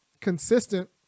consistent